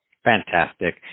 Fantastic